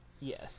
Yes